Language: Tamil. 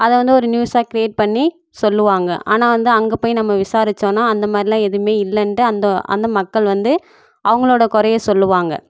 அதை வந்து ஒரு நியூஸாக க்ரியேட் பண்ணி சொல்லுவாங்க ஆனால் வந்து அங்கே போய் நம்ம விசாரித்தோனா அந்த மாதிரிலாம் எதுவுமே இல்லைன்ட்டு அந்த அந்த மக்கள் வந்து அவங்களோடய குறைய சொல்லுவாங்க